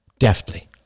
deftly